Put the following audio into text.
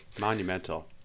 Monumental